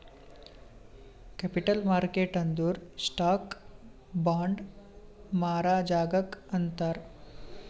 capital market ಅಂದುರ್ stock, bond ಮಾರಾ ಜಾಗಾಕ್ ಅಂತಾರ್